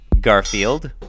Garfield